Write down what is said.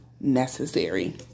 necessary